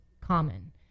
common